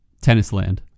Tennisland